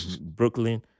Brooklyn